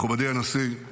מכובדי הנשיא,